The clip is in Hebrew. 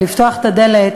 לפתוח את הדלת